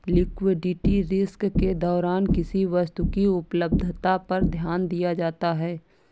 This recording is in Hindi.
लिक्विडिटी रिस्क के दौरान किसी वस्तु की उपलब्धता पर ध्यान दिया जाता है